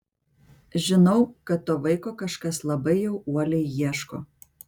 žinau kad to vaiko kažkas labai jau uoliai ieško